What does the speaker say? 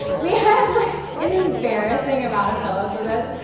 we had like an embarrassing amount of pillows with it,